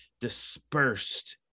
dispersed